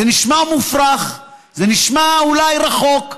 זה נשמע מופרך, זה נשמע אולי רחוק.